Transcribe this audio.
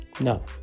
No